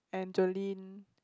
and Jolene